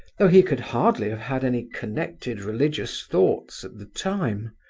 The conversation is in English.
though he could hardly have had any connected religious thoughts at the time.